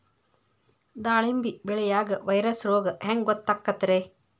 ದಾಳಿಂಬಿ ಬೆಳಿಯಾಗ ವೈರಸ್ ರೋಗ ಹ್ಯಾಂಗ ಗೊತ್ತಾಕ್ಕತ್ರೇ?